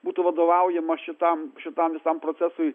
būtų vadovaujama šitam šitam visam procesui